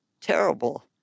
terrible